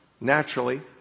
naturally